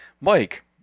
Mike